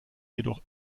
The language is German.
jedoch